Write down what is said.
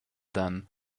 then